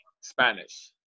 Spanish